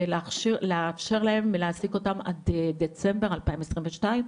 לאפשר להם להעסיק אותם עד דצמבר 2022,